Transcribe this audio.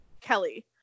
Kelly